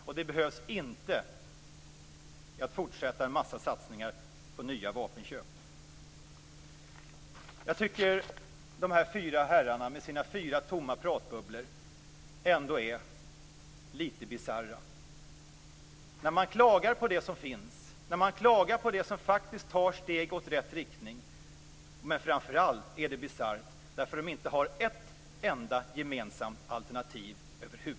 Pengarna behövs inte för att satsa på nya vapenköp. De fyra herrarna, med sina fyra tomma pratbubblor, är ändå lite bisarra. De klagar över det som finns, och de klagar på det som faktiskt går i rätt riktning. Men framför allt är de bisarra i att de inte har framfört ett enda gemensamt alternativ.